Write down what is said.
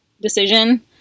decision